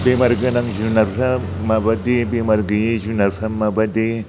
बेमार गोनां जुनारफ्रा माबादि बेमार गैयै जुनारफ्रा माबादि